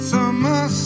Summer